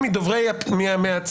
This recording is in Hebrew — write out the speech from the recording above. גם לאלעזר